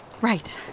Right